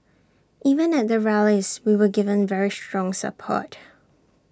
even at the rallies we were given very strong support